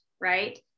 right